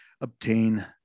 obtain